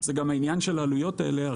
זה גם העניין של העלויות האלה.